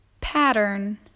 pattern